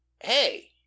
hey